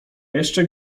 jeszcze